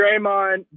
Draymond